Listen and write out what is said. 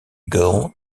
girl